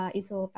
isu